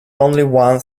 one